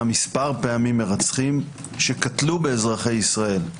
מספר פעמים מרצחים שקטלו באזרחי ישראל.